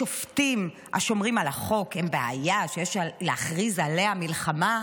האם שופטים השומרים על החוק הם בעיה שיש להכריז עליה מלחמה?